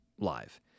live